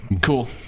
Cool